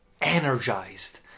energized